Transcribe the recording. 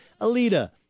Alita